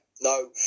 no